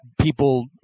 people